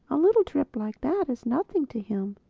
a little trip like that is nothing to him.